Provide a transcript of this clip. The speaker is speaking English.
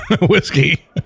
Whiskey